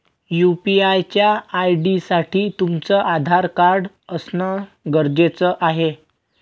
UPI च्या ID साठी तुमचं आधार कार्ड असण गरजेच आहे